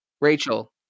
Rachel